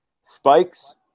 spikes